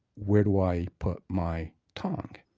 where do i put my tongs?